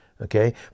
Okay